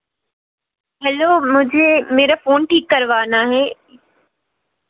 hello मुझे मेरा phone ठीक करवाना है